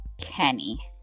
Kenny